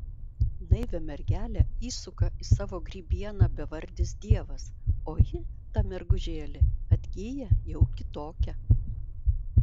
naivią mergelę įsuka į savo grybieną bevardis dievas o ji ta mergužėlė atgyja jau kitokia